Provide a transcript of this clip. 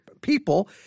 people